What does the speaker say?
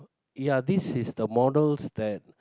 ya this is the models that